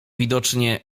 widocznie